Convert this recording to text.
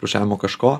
rūšiavimo kažko